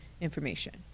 information